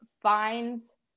finds